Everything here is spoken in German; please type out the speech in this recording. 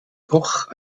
koch